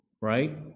right